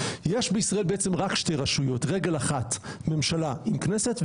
יש בישראל בעצם רק שתי רשויות רגל אחת ממשלה עם כנסת,